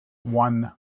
one